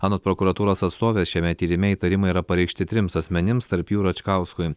anot prokuratūros atstovės šiame tyrime įtarimai yra pareikšti trims asmenims tarp jų ir račkauskui